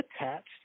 attached